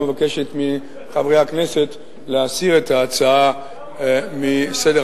ומבקשת מחברי הכנסת להסיר אותה מסדר-היום.